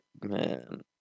man